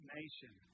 nation